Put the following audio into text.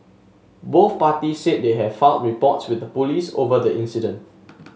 both parties said they have filed reports with the police over the incident